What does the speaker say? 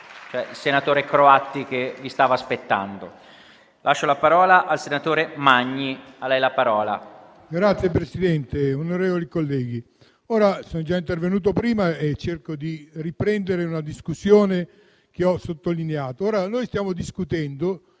Signor Presidente, onorevoli colleghi,